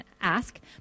ask